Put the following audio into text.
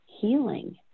healing